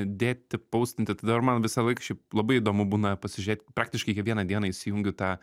dėti paustinti tai dabar man visąlaik šiaip labai įdomu būna pasižiūrėt praktiškai kiekvieną dieną įsijungiu tą